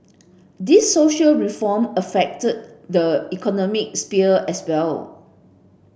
this social reform affect the economic sphere as well